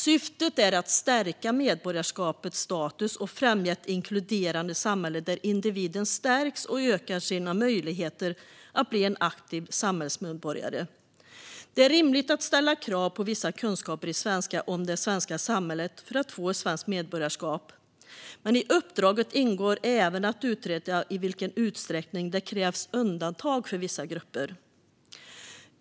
Syftet är att stärka medborgarskapets status och att främja ett inkluderande samhälle där individen stärks och ökar sina möjligheter att bli en aktiv samhällsmedborgare. Det är rimligt att ställa krav på vissa kunskaper i svenska och om det svenska samhället för att man ska få svenskt medborgarskap. Men i uppdraget ingår även att utreda i vilken utsträckning det krävs undantag för vissa grupper.